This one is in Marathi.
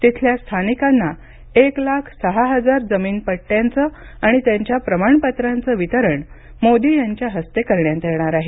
तिथल्या स्थानिकांना एक लाख सहा हजार जमीन पट्टयांचं आणि त्यांच्या प्रमाणपत्रांचं वितरण मोदी यांच्या हस्ते करण्यात येणार आहे